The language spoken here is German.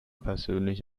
persönlich